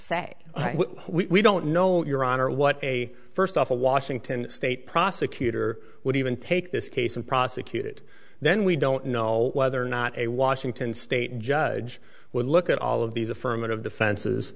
say we don't know your honor what a first off a washington state prosecutor would even take this case and prosecute it then we don't know whether or not a washington state judge would look at all of these affirmative defenses